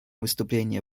выступления